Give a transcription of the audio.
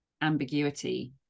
ambiguity